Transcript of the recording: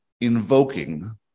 invoking